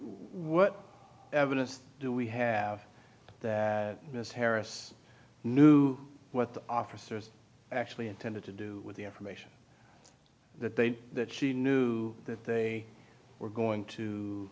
what evidence do we have that ms harris knew what the officers actually intended to do with the information that they that she knew that they were going to